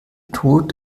tod